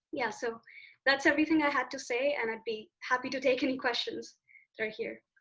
yeah. so that's everything i had to say. and i'd be happy to take any questions through here.